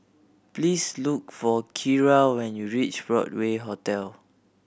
please look for Kiera when you reach Broadway Hotel